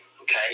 Okay